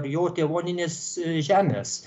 jo tėvoninės žemės